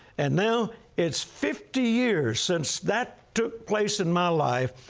and now, it's fifty years since that took place in my life,